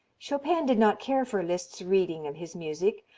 chopin did not care for liszt's reading of his music,